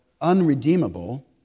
unredeemable